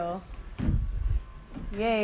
Yay